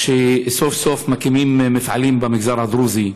שסוף-סוף מקימים מפעלים במגזר הדרוזי.